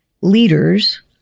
Leaders